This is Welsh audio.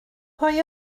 pwy